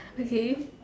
okay